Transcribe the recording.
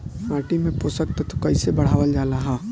माटी में पोषक तत्व कईसे बढ़ावल जाला ह?